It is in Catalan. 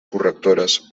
correctores